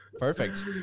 Perfect